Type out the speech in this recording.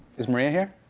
is maria here?